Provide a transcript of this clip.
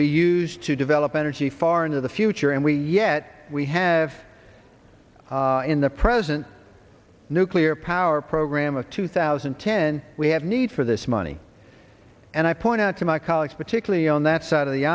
be used to develop energy far into the future and we yet we have in the present nuclear power program of two thousand and ten we have need for this money and i point out to my colleagues particularly on that side of the